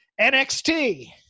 NXT